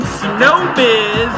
snowbiz